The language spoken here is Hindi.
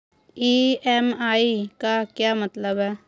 ई.एम.आई का क्या मतलब होता है?